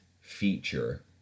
feature